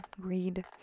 Greed